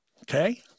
Okay